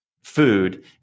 food